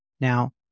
Now